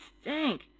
stink